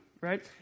right